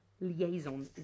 Liaison